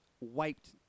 wiped